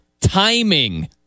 timing